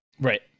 Right